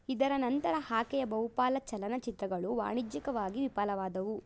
ಇದರ ನಂತರ ಆಕೆಯ ಬಹುಪಾಲು ಚಲನಚಿತ್ರಗಳು ವಾಣಿಜ್ಯಿಕವಾಗಿ ವಿಫಲವಾದವು